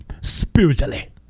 spiritually